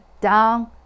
down